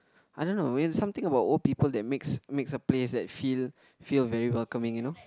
I don't know there's something about old people that makes makes a place I feel feel very welcoming you know